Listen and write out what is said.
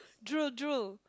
drool drool